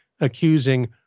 accusing